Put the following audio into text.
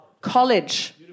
College